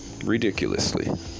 ridiculously